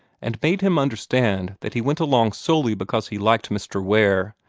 and made him understand that he went along solely because he liked mr. ware,